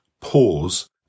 pause